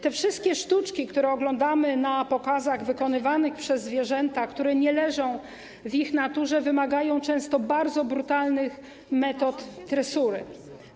Te wszystkie sztuczki, które oglądamy na pokazach wykonywanych przez zwierzęta, które nie leżą w ich naturze, wymagają często bardzo brutalnych metod tresury.